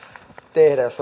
tehdä jos